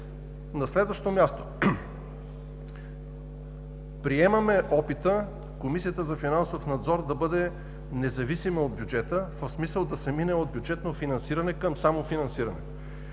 На следващо място, приемаме опита Комисията за финансов надзор да бъде независима от бюджета, в смисъл да се мине от бюджетно финансиране към самофинансиране.